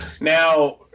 Now